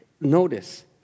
notice